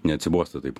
neatsibosta taip